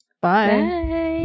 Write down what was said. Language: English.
bye